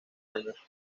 años